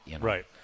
Right